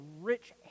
rich